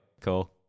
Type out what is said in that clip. Cool